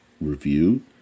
review